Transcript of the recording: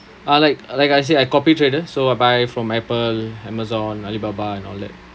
uh like like I say I copy trader so I buy from Apple Amazon Alibaba and all that